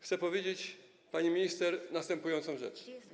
Chcę powiedzieć, pani minister, następującą rzecz.